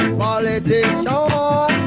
politician